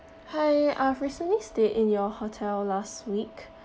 hi I've recently stayed in your hotel last week